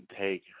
take